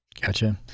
gotcha